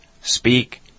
speak